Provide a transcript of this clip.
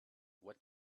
what